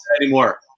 anymore